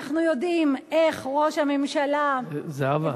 אנחנו יודעים איך ראש הממשלה הביא, זהבה,